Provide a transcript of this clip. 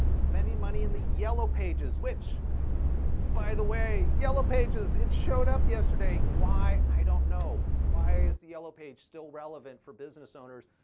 spending money in the yellow pages, which by the way, yellow pages, it showed up yesterday, why? why? i don't know. why is the yellow page still relevant for business owners?